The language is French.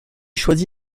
choisi